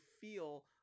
feel